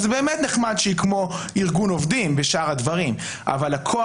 אז באמת נחמד שהיא כמו ארגון עובדים ושאר הדברים אבל הכוח